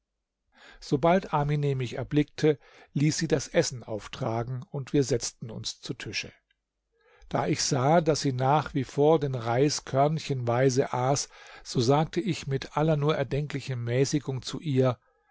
sobald amine mich erblickte ließ sie das essen auftragen und wir setzten uns zu tische da ich sah daß sie nach wie vor den reis körnchenweise aß so sagte ich mit aller nur erdenklichen mäßigung zu ihr